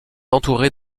entourées